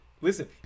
listen